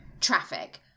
traffic